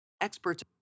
Experts